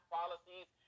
policies